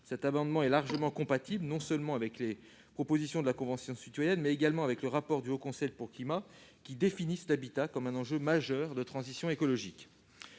Cet amendement est largement compatible non seulement avec les propositions de la Convention citoyenne pour le climat, mais également avec le rapport du Haut Conseil pour le climat, qui fait de l'habitat un enjeu majeur de transition écologique.